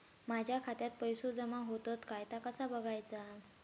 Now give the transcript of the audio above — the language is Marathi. माझ्या खात्यात पैसो जमा होतत काय ता कसा बगायचा?